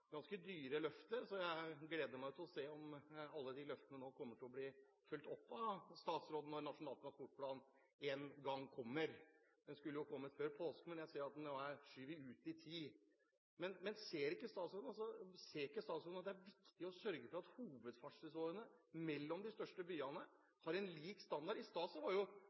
ganske dyre løfter, så jeg gleder meg til å se om alle de løftene nå kommer til å bli fulgt opp av statsråden når Nasjonal transportplan en gang kommer. Den skulle ha kommet før påske, men jeg ser at den nå er skjøvet ut i tid. Ser ikke statsråden at det er viktig å sørge for at hovedferdselsårene mellom de største byene har en lik standard? I